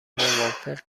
موافق